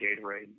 Gatorade